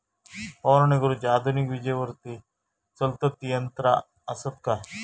फवारणी करुची आधुनिक विजेवरती चलतत ती यंत्रा आसत काय?